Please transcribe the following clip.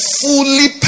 fully